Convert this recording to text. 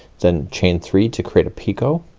then chain three to create a picot.